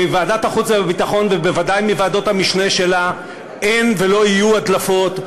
מוועדת החוץ והביטחון ובוודאי מוועדות המשנה שלה אין ולא יהיו הדלפות,